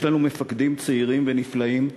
יש לנו מפקדים צעירים ונפלאים,